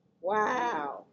Wow